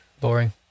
boring